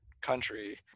country